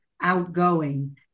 outgoing